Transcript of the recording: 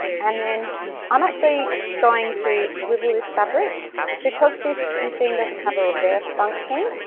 and then i'm actually going to swivel this fabric because this machine doesn't have a reverse function